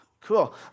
cool